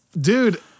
Dude